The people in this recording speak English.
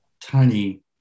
tiny